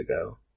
ago